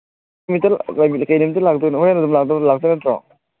ꯀꯔꯤ ꯅꯨꯃꯤꯠꯇ ꯂꯥꯛꯇꯣꯏꯅꯣ ꯍꯣꯔꯦꯅ ꯑꯗꯨꯝ ꯂꯥꯛꯇꯣꯏ ꯅꯠꯇ꯭ꯔꯣ